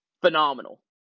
phenomenal